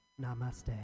Namaste